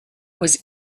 was